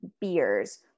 beers